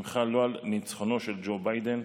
שמחה לא על ניצחונו של ג'ו ביידן,